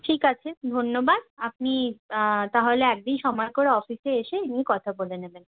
ঠিক আছে ধন্যবাদ আপনি তাহলে একদিন সময় করে অফিসে এসে কথা বলে নেবেন